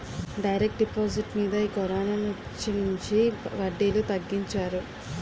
direct deposit మీద ఈ కరోనొచ్చినుంచి వడ్డీలు తగ్గించారు